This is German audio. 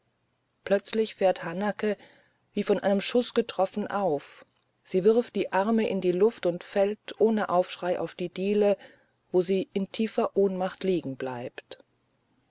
plötzlich fährt hanake wie von einem schuß getroffen auf sie wirft die arme in die luft und fällt ohne aufschrei auf die diele wo sie in tiefer ohnmacht liegen bleibt